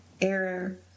error